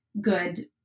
good